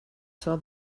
saw